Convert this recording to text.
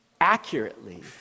accurately